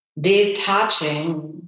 detaching